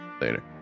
later